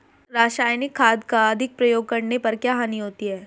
रासायनिक खाद का अधिक प्रयोग करने पर क्या हानि होती है?